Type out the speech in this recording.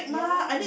yeah lah